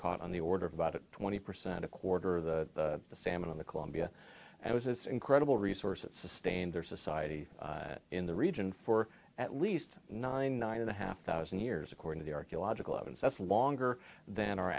caught on the order of about twenty percent a quarter of the salmon on the columbia and it was it's incredible resource that sustained their society in the region for at least nine nine and a half thousand years according to the archaeological evidence that's longer than our